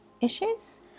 issues